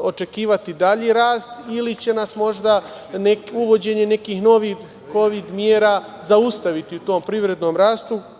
očekivati dalji rast ili će nas možda uvođenje nekih novih kovid mera zaustaviti u tom privrednom rastu?